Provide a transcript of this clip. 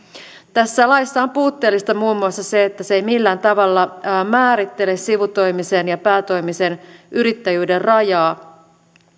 tässä laissa on puutteellista muun muassa se että se ei millään tavalla määrittele sivutoimisen ja päätoimisen yrittäjyyden rajaa